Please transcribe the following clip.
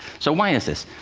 so why is this?